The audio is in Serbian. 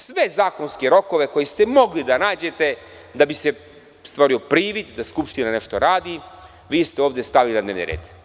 Sve zakonske rokove koje ste mogli da nađete da bi se stvorio privid da Skupština nešto radi, vi ste ovde stavili na dnevni red.